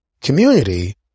community